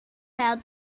bêl